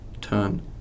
turn